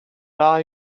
are